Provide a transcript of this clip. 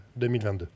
2022